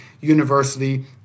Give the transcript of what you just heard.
university